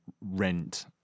rent